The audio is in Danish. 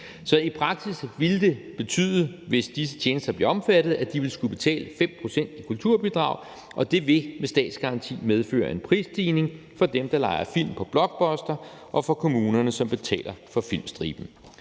Så i praksis ville det betyde, hvis disse tjenester blev omfattet, at de ville skulle betale 5 pct. i kulturbidrag, og det vil med statsgaranti medføre en prisstigning for dem, der lejer film på Blockbuster, og for kommunerne, som betaler for Filmstriben.